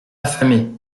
affamés